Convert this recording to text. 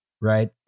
Right